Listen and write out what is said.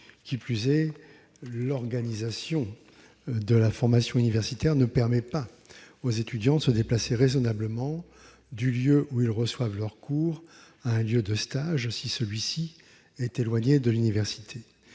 Qui plus est, l'organisation de la formation universitaire ne permet pas aux étudiants de se déplacer raisonnablement du lieu où ils reçoivent leur cours à un lieu de stage si celui-ci est éloigné de l'université.